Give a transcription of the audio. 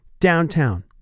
downtown